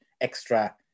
extra